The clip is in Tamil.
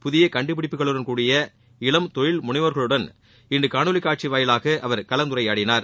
புதிய கண்டுபிடிப்புகளுடன் கூடிய இளம் தொழில்முனைவோர்களுடன் இன்று காணொலி காட்சி வாயிலாக அவர் கலந்துரையாடனார்